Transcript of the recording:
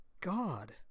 God